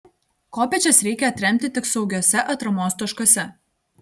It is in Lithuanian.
kopėčias reikia atremti tik saugiuose atramos taškuose